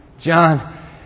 John